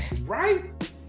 right